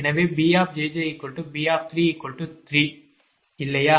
எனவே BB33 இல்லையா